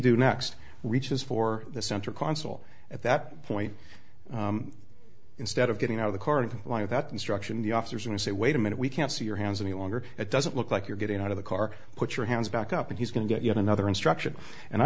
do next reaches for the center console at that point instead of getting out of the car and like that instruction the officers and say wait a minute we can't see your hands any longer it doesn't look like you're getting out of the car put your hands back up and he's going to get yet another instruction and i